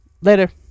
Later